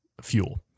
fuel